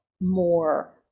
more